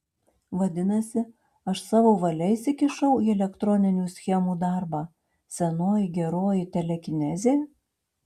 vadinasi aš savo valia įsikišau į elektroninių schemų darbą senoji geroji telekinezė